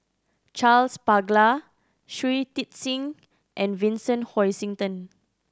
Charles Paglar Shui Tit Sing and Vincent Hoisington